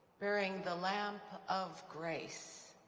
bearing the lamp of grace,